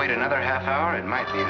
wait another half hour it might be